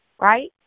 Right